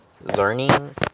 learning